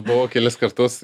buvau kelis kartus